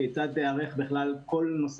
גילוי נאות,